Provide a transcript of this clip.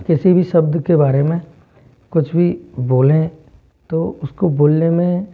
किसी भी शब्द के बारे में कुछ भी बोलें तो उसको बोलने में